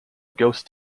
ghost